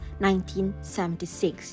1976